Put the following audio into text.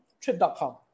trip.com